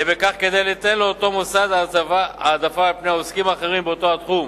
יהא בכך כדי ליתן לאותו מוסד העדפה על פני עוסקים אחרים באותו תחום,